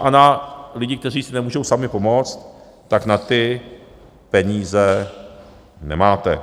A na lidi, kteří si nemohou sami pomoct, tak na ty peníze nemáte.